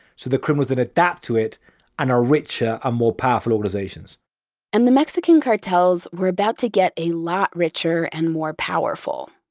so the criminals then adapt to it and are richer and more powerful organizations and the mexican cartels were about to get a lot richer and more powerful,